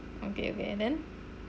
okay okay and then